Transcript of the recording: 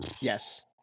Yes